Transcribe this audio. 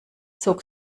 zog